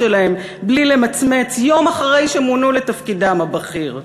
שלהם בלי למצמץ יום אחרי שמונו לתפקידם הבכיר.